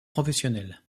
professionnels